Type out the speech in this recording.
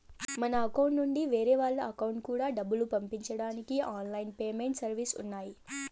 మన అకౌంట్ నుండి వేరే వాళ్ళ అకౌంట్ కూడా డబ్బులు పంపించడానికి ఆన్ లైన్ పేమెంట్ సర్వీసెస్ ఉన్నాయి